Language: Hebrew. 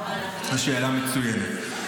השאלה מצוינת.